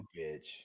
Bitch